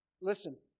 Listen